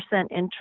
interest